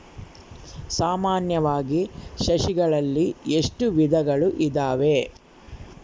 ಸಾಮಾನ್ಯವಾಗಿ ಸಸಿಗಳಲ್ಲಿ ಎಷ್ಟು ವಿಧಗಳು ಇದಾವೆ?